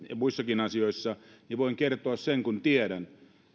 muissakin asioissa niin voin kertoa sen kun tiedän